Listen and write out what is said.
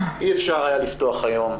אי אפשר היה לפתוח היום,